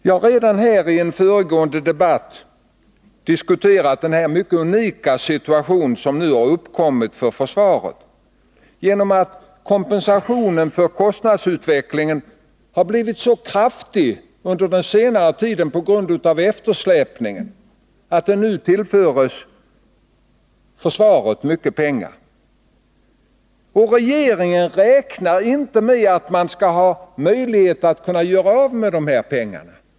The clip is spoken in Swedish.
Jag har redan i en föregående debatt diskuterat den situation som har uppstått för försvaret genom att kompensationen för kostnadsutvecklingen har blivit så kraftig under den senare delen av femårsperioden att försvaret nu tillförs mycket pengar. Regeringen räknar inte med att kunna göra av med de pengarna.